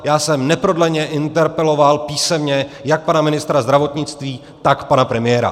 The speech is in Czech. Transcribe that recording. Já jsem neprodleně interpeloval písemně jak pana ministra zdravotnictví, tak pana premiéra.